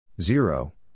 Zero